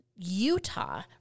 Utah